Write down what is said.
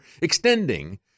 extending